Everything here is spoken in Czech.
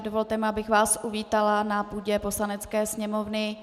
Dovolte mi, abych vás uvítala na půdě Poslanecké sněmovny.